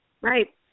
Right